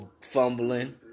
fumbling